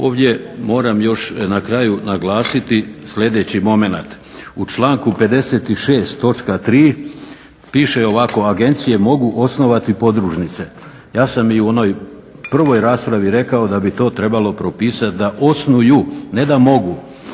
Ovdje moram još na kraju naglasiti sledeći momenat. U članku 56. točka 3. piše ovako: "Agencije mogu osnovati podružnice." Ja sam i u onoj prvoj raspravi rekao da bi to trebalo propisati da osnuju, ne da mogu.